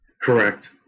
Correct